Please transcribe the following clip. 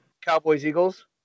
Cowboys-Eagles